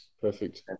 Perfect